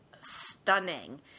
stunning